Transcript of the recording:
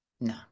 No